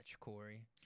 Corey